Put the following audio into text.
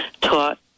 taught